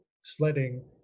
sledding